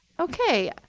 ok.